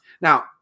Now